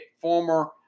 former